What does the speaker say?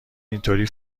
اینطوری